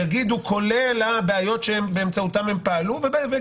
יגידו את כל הבעיות שהיו בפעולות שלהם ויגידו